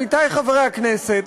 עמיתי חברי הכנסת,